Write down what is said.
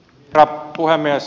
herra puhemies